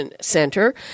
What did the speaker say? Center